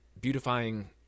beautifying